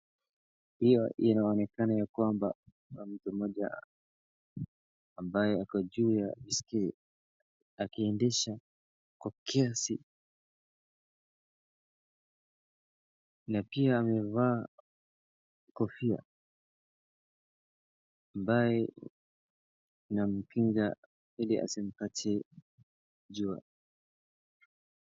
Hiyo inaonekana ya kwamba kuna mtu mmoja ambaye ako juu ya baiskeli akiendesha kwa kasi, na pia amevaa kofia ambayo inamkinga ili asipate jua.